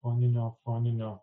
foninio foninio